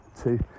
two